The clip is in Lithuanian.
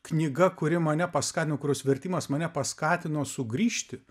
knyga kuri mane paskatino kurios vertimas mane paskatino sugrįžti